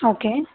okay